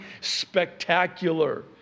spectacular